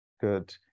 Good